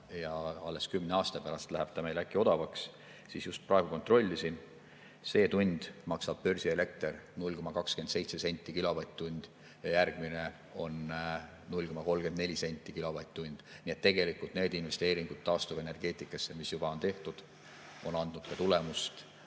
ja alles kümne aasta pärast läheb ta meil äkki odavamaks, siis just praegu kontrollisin, börsielekter maksab 0,27 senti kilovatt-tund ja järgmine on 0,34 senti kilovatt-tund. Nii et tegelikult neid investeeringud taastuvenergeetikasse, mis juba on tehtud, on andnud ka tulemust,